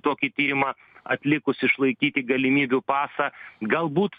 tokį tyrimą atlikus išlaikyti galimybių pasą galbūt